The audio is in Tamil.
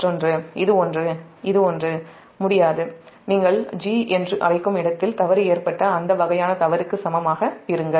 மற்றொன்று இது ஒன்று இது ஒன்று நீங்கள் 'g' என்று அழைக்கும் இடத்தில் தவறு ஏற்பட்ட அந்த வகையான தவறுக்கு சமமாக இருங்கள்